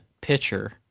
pitcher